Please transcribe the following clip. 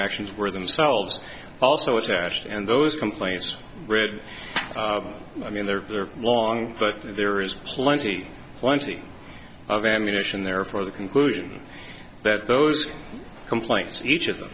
actions were themselves also attached and those complaints read i mean they're very long but there is plenty of ammunition there for the conclusion that those complaints each of them